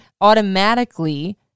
automatically